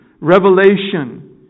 revelation